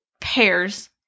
pairs